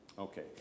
Okay